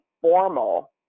formal